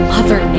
Mother